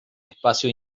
espacio